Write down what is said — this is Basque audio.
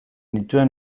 dituen